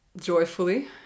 joyfully